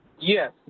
Yes